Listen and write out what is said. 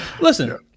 Listen